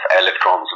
electrons